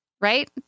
Right